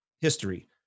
history